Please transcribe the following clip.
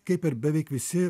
kaip ir beveik visi